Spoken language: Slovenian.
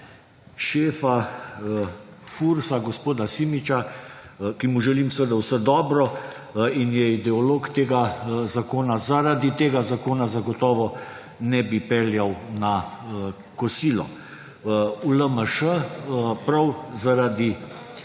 šefa FURS-a, gospoda Simiča, ki mu želim seveda vse dobro in je ideolog tega zakona, zaradi tega zakona zagotovo ne bi peljal na kosilo. V LMŠ prav zaradi